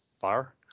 fire